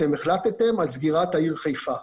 אתם החלטתם על סגירת העיר חיפה.